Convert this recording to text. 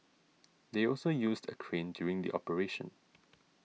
they also used a crane during the operation